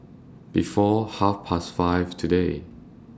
before Half Past five today